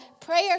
prayer